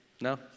No